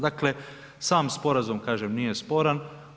Dakle sam sporazum kažem nije sporan.